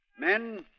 Men